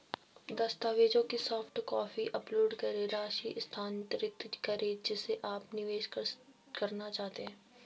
दस्तावेजों की soft copy upload करें, राशि स्थानांतरित करें जिसे आप निवेश करना चाहते हैं